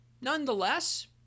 Nonetheless